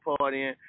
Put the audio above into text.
partying